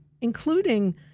including